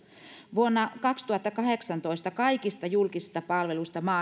vuonna kaksituhattakahdeksantoista kaikista julkisista palveluista